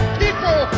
people